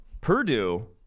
Purdue